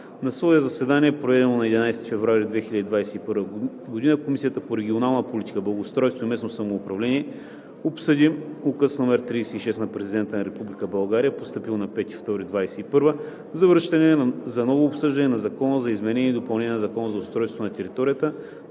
На свое заседание, проведено на 11 февруари 2021 г., Комисията по регионална политика, благоустройство и местно самоуправление обсъди Указ № 36 на Президента на Република България, постъпил на 5 февруари 2021 г., за връщане за ново обсъждане на Закон за изменение и допълнение на Закона за устройство на територията,